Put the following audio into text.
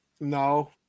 no